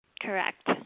Correct